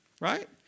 Right